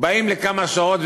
הם באים לכמה שעות,